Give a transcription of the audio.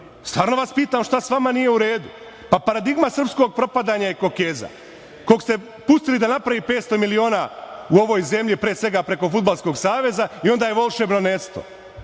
Stvarno vas pitam - šta s vama nije u redu? Paradigma srpskog propadanja je Kokeza, kog ste pustili da napravi 500 miliona u ovoj zemlji preko Fudbalskog saveza i onda volšebno nestao,